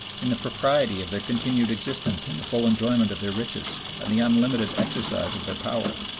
in the propriety of their continued existence in the full enjoyment of their riches and the unlimited exercise of their power.